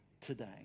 today